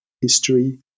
history